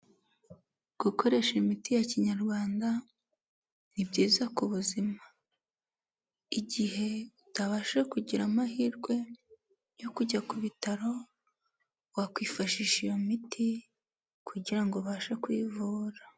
Gukoresha imiti ya kinyarwanda, ni byiza ku buzima. Igihe utabashije kugira amahirwe yo kujya ku bitaro, wakwifashisha iyo miti kugira ngo ubashe kwivura.